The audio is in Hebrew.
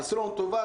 עשו לנו טובה,